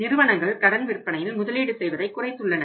நிறுவனங்கள் கடன் விற்பனையில் முதலீடு செய்வதை குறைத்துள்ளன